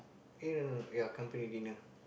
eh no no ya company dinner